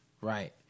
Right